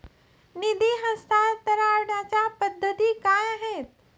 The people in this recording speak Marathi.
निधी हस्तांतरणाच्या पद्धती काय आहेत?